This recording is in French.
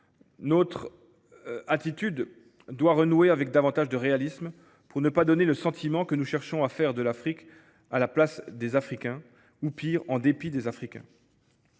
notre attitude doit renouer avec davantage de réalisme, pour ne pas donner le sentiment que nous cherchons à faire l’Afrique à la place des Africains, ou pire, en dépit des Africains.